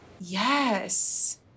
Yes